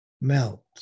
melt